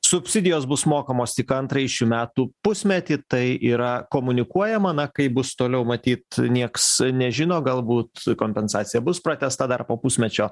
subsidijos bus mokamos tik antrąjį šių metų pusmetį tai yra komunikuojama na kaip bus toliau matyt nieks nežino galbūt kompensacija bus pratęsta dar po pusmečio